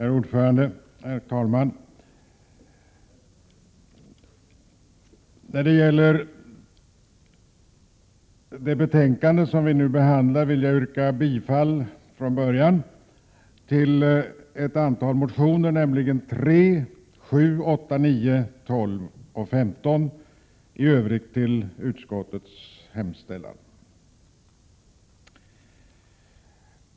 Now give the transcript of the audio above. Herr talman! Jag vill till att börja med yrka bifall till ett antal reservationer, nämligen 3, 7, 8, 9, 12 och 15, och i övrigt till utskottets hemställan.